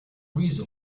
reason